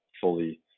fully